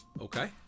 Okay